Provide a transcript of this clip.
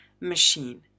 machine